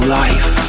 life